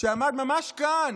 שעמד ממש כאן,